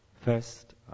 First